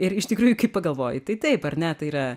ir iš tikrųjų kai pagalvoji tai taip ar ne tai yra